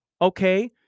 Okay